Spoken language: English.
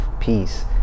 peace